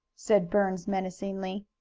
said burns, menacingly.